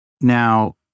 Now